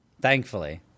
Thankfully